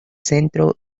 centro